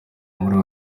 muri